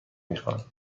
میخواند